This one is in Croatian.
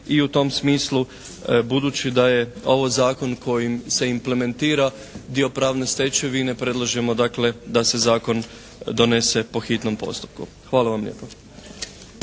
i u tom smislu budući da je ovo zakon kojim se implementira dio pravne stečevine predlažemo dakle da se zakon donese po hitnom postupku. Hvala vam lijepo.